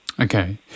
Okay